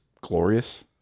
glorious